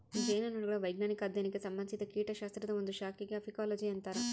ಜೇನುನೊಣಗಳ ವೈಜ್ಞಾನಿಕ ಅಧ್ಯಯನಕ್ಕೆ ಸಂಭಂದಿಸಿದ ಕೀಟಶಾಸ್ತ್ರದ ಒಂದು ಶಾಖೆಗೆ ಅಫೀಕೋಲಜಿ ಅಂತರ